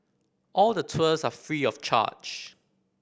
all the tours are free of charge